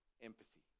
empathy